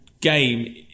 game